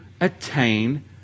attain